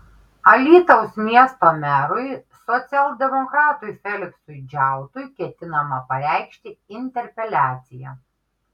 alytaus miesto merui socialdemokratui feliksui džiautui ketinama pareikšti interpeliaciją